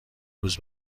روز